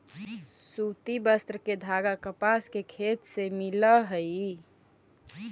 सूति वस्त्र के धागा कपास के खेत से मिलऽ हई